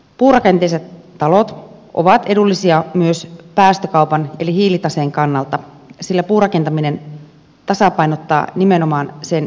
puurakenteiset talot ovat edullisia myös päästökaupan eli hiilitaseen kannalta sillä puurakentaminen tasapainottaa nimenomaan sen hiilitasapainon laskentaa